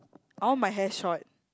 I want my hair short